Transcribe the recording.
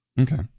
Okay